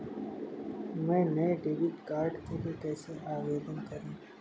मैं नए debit card के लिए कैसे आवेदन करूं?